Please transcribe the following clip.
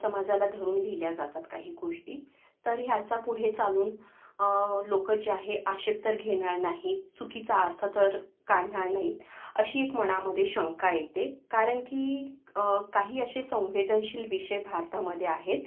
समाजाला धरून लिहिल्या जातात काही गोष्टी तर ह्याचा पुढे चालून लोक जे आहे आक्षेप तर घेणार नाही चुकीचा अर्थ तर काढणार नाहीत अशी एक मनामध्ये शंका येते कारण की काही असे संवेदनशील विषय भारतामध्ये आहेत